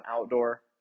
Outdoor